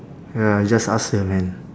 ya I just ask her man